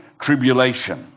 tribulation